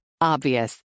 Obvious